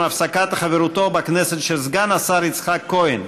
עם הפסקת חברותו בכנסת של סגן השר יצחק כהן,